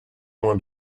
moins